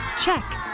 check